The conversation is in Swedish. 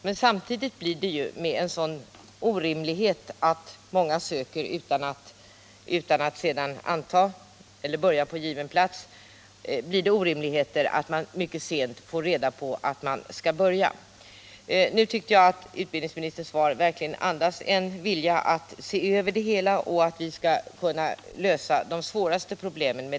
Men samtidigt blir det med ett sådant system, där många söker utan att sedan börja på given plats, den orimligheten att man mycket sent får reda på att man skall börja. Jag tycker emellertid att utbildningsministerns svar verkligen andas en vilja att se över det hela och att vi skall kunna lösa de svåraste problemen.